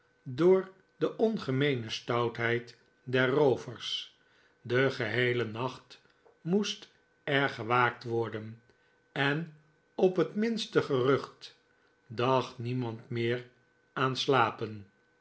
door de ongemeene stoutheid der roovers den geheelen nacht moest er gewaakt worden en op het minste gerucht dacht niemand meer aan slapen